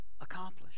accomplished